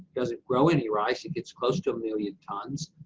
doesn't grow any rice, it gets close to a million tons.